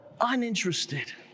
uninterested